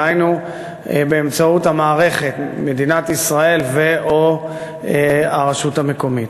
דהיינו באמצעות המערכת של מדינת ישראל או של הרשות המקומית.